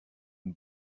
and